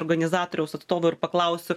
organizatoriaus atstovui ir paklausiu